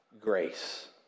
grace